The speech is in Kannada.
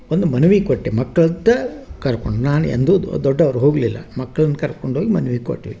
ಒಂದು ಮನವಿ ಕೊಟ್ಟೆ ಮಕ್ಳತ್ತ ಕರ್ಕೊಂಡು ನಾನು ಎಂದೂ ದೊಡ್ಡವ್ರು ಹೋಗಲಿಲ್ಲ ಮಕ್ಳನ್ನು ಕರ್ಕೊಂಡೋಗಿ ಮನವಿ ಕೊಟ್ವಿ